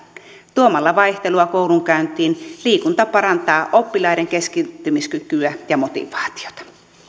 tuomalla vaihtelua koulunkäyntiin liikunta parantaa oppilaiden keskittymiskykyä ja motivaatiota